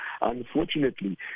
unfortunately